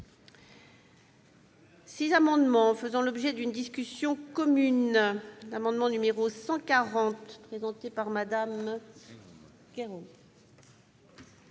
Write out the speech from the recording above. six amendements faisant l'objet d'une discussion commune. L'amendement n° 140, présenté par Mme Assassi,